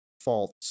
false